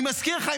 אני מזכיר לך,